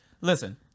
Listen